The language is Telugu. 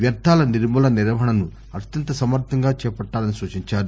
వ్యర్థాల నిర్మూలన నిర్వహణను అత్యంత సమర్దంగా చేపట్టాలని సూచించారు